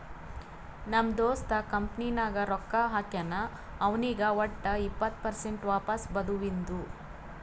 ನಮ್ ದೋಸ್ತ ಕಂಪನಿ ನಾಗ್ ರೊಕ್ಕಾ ಹಾಕ್ಯಾನ್ ಅವ್ನಿಗ್ ವಟ್ ಇಪ್ಪತ್ ಪರ್ಸೆಂಟ್ ವಾಪಸ್ ಬದುವಿಂದು